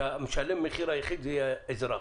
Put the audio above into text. שמשלם המחיר היחיד יהיה האזרח.